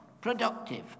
productive